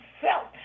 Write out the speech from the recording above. felt